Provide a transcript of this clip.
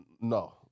No